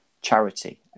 charity